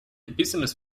business